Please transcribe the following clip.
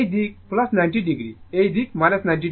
এই দিক 90o এই দিক 90o